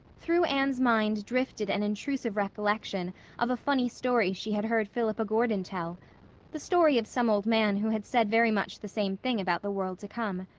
through anne's mind drifted an intrusive recollection of a funny story she had heard philippa gordon tell the story of some old man who had said very much the same thing about the world to come.